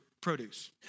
produce